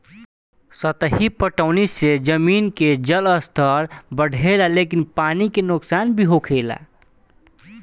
सतही पटौनी से जमीन के जलस्तर बढ़ेला लेकिन पानी के नुकसान भी होखेला